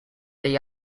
they